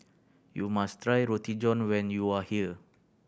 you must try Roti John when you are here